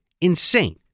insane